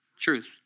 Truth